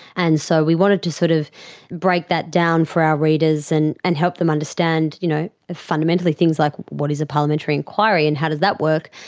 and so we wanted to sort of break that down for our readers and and help them understand you know fundamentally things like what is a parliamentary inquiry and how does that work,